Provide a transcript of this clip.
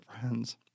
friends